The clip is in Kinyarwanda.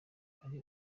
hari